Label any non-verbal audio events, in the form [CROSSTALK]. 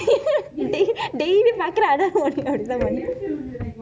[LAUGHS] natrah I don't know what you